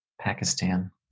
Pakistan